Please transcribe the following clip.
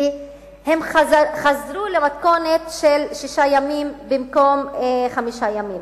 והם חזרו למתכונת של שישה ימים במקום חמישה ימים.